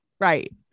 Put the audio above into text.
Right